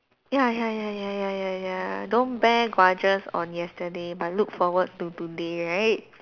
ya ya ya ya ya ya ya don't bear grudges on yesterday but look forward to today right